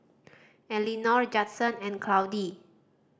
Elinor Judson and Claudie